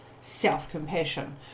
self-compassion